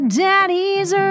daddy's